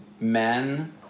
men